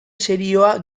serioa